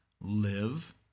live